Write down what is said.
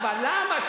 אבל למה?